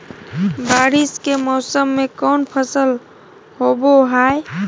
बारिस के मौसम में कौन फसल होबो हाय?